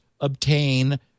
obtain